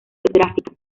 gráficas